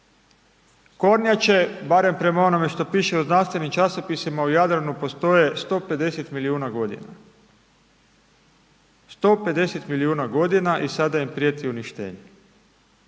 Kornjače, barem prema onome što piše u znanstvenim časopisima u Jadranu postoje 150 milijuna godina, 150 milijuna godina i sada im prijeti uništenje.